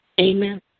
Amen